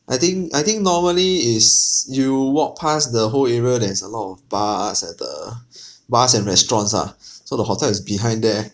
I think I think normally is you walk pass the whole area there's a lot of bars at the bars and restaurants ah so the hotel is behind there